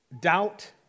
doubt